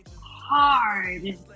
hard